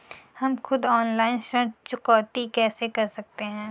हम खुद ऑनलाइन ऋण चुकौती कैसे कर सकते हैं?